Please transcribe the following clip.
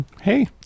hey